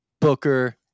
Booker